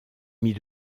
mis